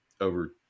over